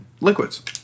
liquids